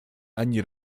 ani